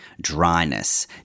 dryness